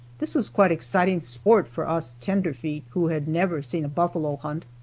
this was quite exciting sport for us tenderfeet who had never seen a buffalo hunt.